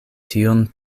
tion